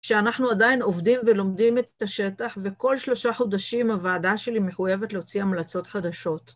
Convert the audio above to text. שאנחנו עדיין עובדים ולומדים את השטח, וכל שלושה חודשים הוועדה שלי מחויבת להוציא המלצות חדשות.